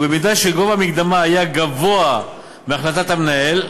ובמידה שגובה המקדמה היה גבוה מהחלטת המנהל,